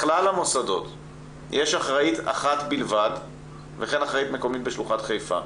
לכלל המוסדות יש אחראית אחת בלבד וכן אחראית מקומית בשלוחת חיפה.